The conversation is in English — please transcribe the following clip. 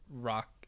rock